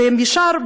וישר,